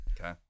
okay